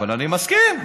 אני מסכים.